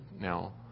now